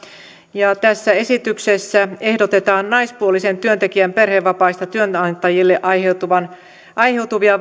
ja tässä esityksessä ehdotetaan naispuolisen työntekijän perhevapaista työnantajille aiheutuvia vanhemmuuden